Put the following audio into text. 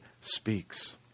speaks